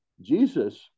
jesus